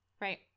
right